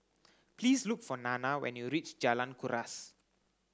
please look for Nana when you reach Jalan Kuras